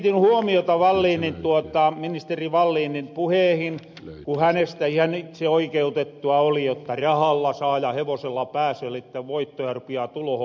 sen verran kiinnitin huomiota ministeri wallinin puheihin ku hänestä ihan itseoikeutettua oli jotta rahalla saa ja hevosella pääsöö elikkä voittoja rupiaa tulohon